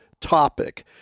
topic